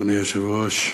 היושב-ראש,